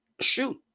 shoot